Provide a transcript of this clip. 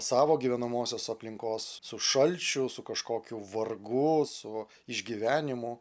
savo gyvenamosios aplinkos su šalčiu su kažkokiu vargu su išgyvenimu